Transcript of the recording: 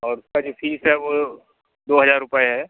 और उसका जो फ़ीस है वो दो हज़ार रूपये है